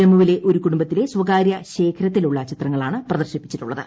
ജമ്മുവിലെ ഒരു കുടുംബത്തിലെ സ്വകാര്യ ശേഖരത്തിലുള്ള ചിത്രങ്ങളാണ് പ്രദർശിപ്പിച്ചിട്ടുള്ളത്